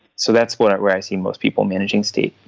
so that's where where i see most people managing state